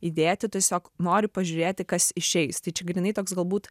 įdėti tiesiog nori pažiūrėti kas išeis tai čia grynai toks galbūt